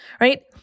right